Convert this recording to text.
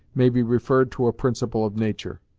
may be referred to a principle of nature.